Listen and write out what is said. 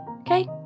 Okay